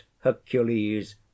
Hercules